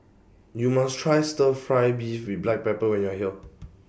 YOU must Try Stir Fry Beef with Black Pepper when YOU Are here